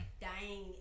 dying